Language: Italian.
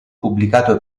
pubblicato